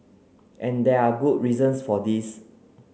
and there are good reasons for this